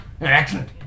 Excellent